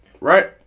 right